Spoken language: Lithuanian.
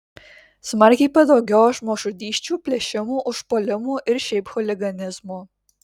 smarkiai padaugėjo žmogžudysčių plėšimų užpuolimų ir šiaip chuliganizmo